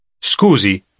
Scusi